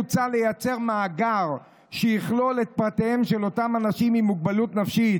מוצע ליצור מאגר שיכלול את פרטיהם של אותם אנשים עם מוגבלות נפשית